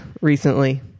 recently